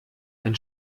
ein